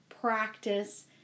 practice